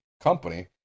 company